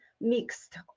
mixed